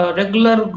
regular